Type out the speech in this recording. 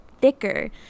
thicker